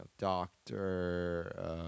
doctor